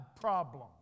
problem